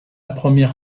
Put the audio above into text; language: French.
première